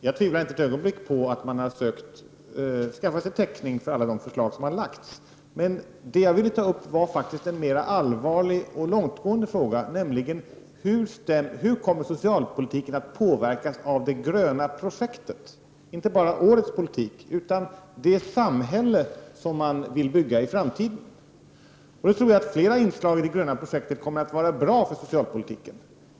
Jag tvivlar inte ett ögonblick på att man har försökt skaffa täckning för alla de förslag som har framlagts. Men det jag ville ta upp var faktiskt en mer allvarlig och långtgående fråga, nämligen: Hur kommer socialpolitiken att påverkas av det gröna projektet, inte bara årets politik utan det samhälle som man vill bygga i framtiden? Jag tror att flera inslag i det gröna projektet kommer att vara bra för socialpolitiken.